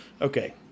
okay